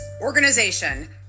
organization